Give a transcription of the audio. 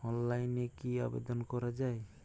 অনলাইনে কি আবেদন করা য়ায়?